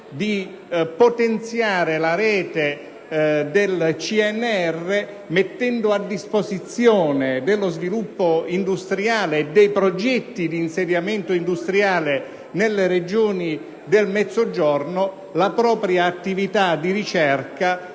di potenziare la rete del CNR mettendo a disposizione dello sviluppo industriale e dei progetti di insediamento industriale nelle Regioni del Mezzogiorno la propria attività di ricerca